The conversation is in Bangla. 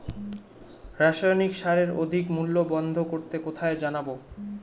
রাসায়নিক সারের অধিক মূল্য বন্ধ করতে কোথায় জানাবো?